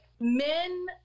men